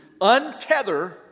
untether